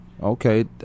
Okay